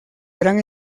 gran